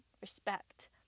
respect